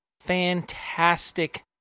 fantastic